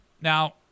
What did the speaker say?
now